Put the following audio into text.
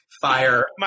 fire